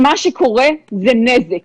שמה שקורה, זה נזק.